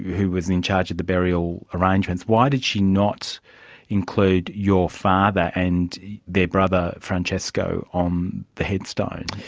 who was in charge of the burial arrangements, why did she not include your father and their brother francesco on the headstone?